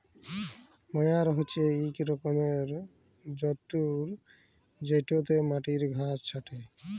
ময়ার হছে ইক রকমের যল্তর যেটতে মাটির ঘাঁস ছাঁটে